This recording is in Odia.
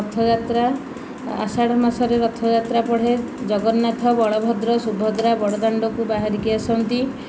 ରଥଯାତ୍ରା ଆଷାଢ଼ ମାସରେ ରଥଯାତ୍ରା ପଡ଼େ ଜଗନ୍ନାଥ ବଳଭଦ୍ର ସୁଭଦ୍ରା ବଡ଼ଦାଣ୍ଡକୁ ବାହାରିକି ଆସନ୍ତି